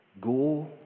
Go